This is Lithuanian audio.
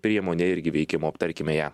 priemonė irgi veikimo aptarkime ją